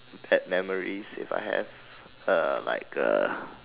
bad memories if I have uh like a